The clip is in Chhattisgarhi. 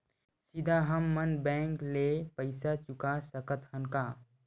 सीधा हम मन बैंक ले पईसा चुका सकत हन का?